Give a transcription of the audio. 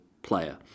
player